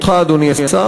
אותך, אדוני השר.